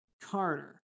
Carter